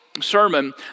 sermon